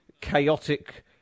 chaotic